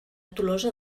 tolosa